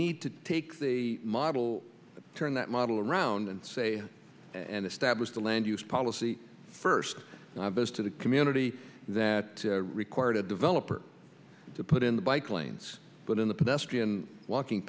need to take the model turn that model around and say and establish the land use policy first ibis to the community that required a developer to put in the bike lanes but in